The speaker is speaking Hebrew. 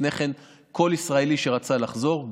לפני כן כל ישראלי שרצה לחזור,